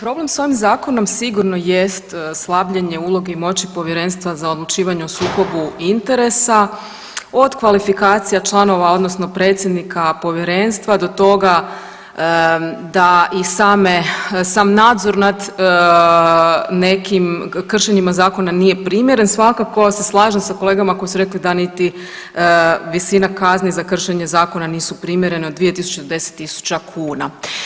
Problem s ovim zakonom sigurno jest slabljenje uloge i moći Povjerenstva za odlučivanje o sukobu interesa od kvalifikacija članova odnosno predsjednika povjerenstva do toga da i same, sam nadzor nad nekim kršenjima zakona nije primjeren, svakako se slažem sa kolegama koji su rekli da niti visini kazni za kršenje zakona nisu primjerene od 2 do 10 tisuća kuna.